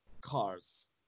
cars